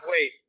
Wait